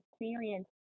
experience